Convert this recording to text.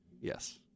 Yes